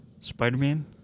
Spider-Man